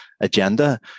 agenda